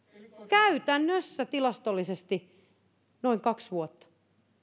käytännössä tilastollisesti noin kaksi vuotta